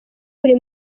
buri